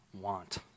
want